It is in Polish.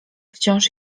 wciąż